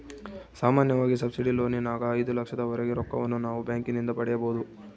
ಸಾಮಾನ್ಯವಾಗಿ ಸಬ್ಸಿಡಿ ಲೋನಿನಗ ಐದು ಲಕ್ಷದವರೆಗೆ ರೊಕ್ಕವನ್ನು ನಾವು ಬ್ಯಾಂಕಿನಿಂದ ಪಡೆಯಬೊದು